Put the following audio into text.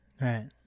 right